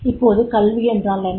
இப்போது கல்வி என்றால் என்ன